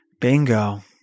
Bingo